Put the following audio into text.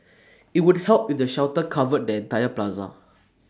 IT would help if the shelter covered the entire plaza